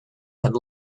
had